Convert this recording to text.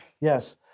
Yes